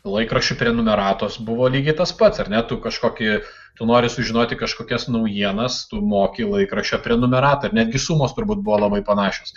laikraščių prenumeratos buvo lygiai tas pats ar ne tu kažkokį tu nori sužinoti kažkokias naujienas tu moki laikraščio prenumeratą netgi sumos turbūt buvo labai panašios